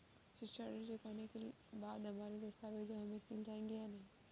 शिक्षा ऋण चुकाने के बाद हमारे दस्तावेज हमें मिल जाएंगे या नहीं?